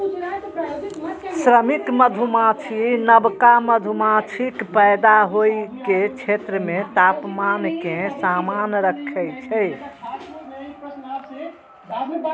श्रमिक मधुमाछी नवका मधुमाछीक पैदा होइ के क्षेत्र मे तापमान कें समान राखै छै